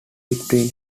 between